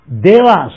devas